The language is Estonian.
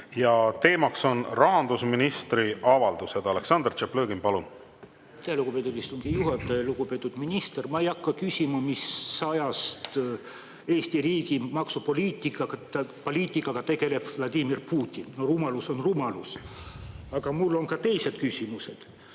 ja teema on rahandusministri avaldused. Aleksandr Tšaplõgin, palun! Aitäh, lugupeetud istungi juhataja! Lugupeetud minister! Ma ei hakka küsima, mis ajast Eesti riigi maksupoliitikaga tegeleb Vladimir Putin. No rumalus on rumalus. Aga mul on ka teised küsimused.